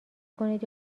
کنید